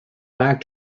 back